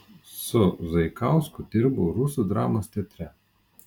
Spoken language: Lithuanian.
su zaikausku dirbau rusų dramos teatre